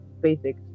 basic